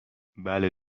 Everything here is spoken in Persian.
بله